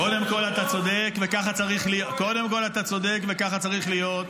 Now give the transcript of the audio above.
קודם כול, אתה צודק, וככה צריך להיות.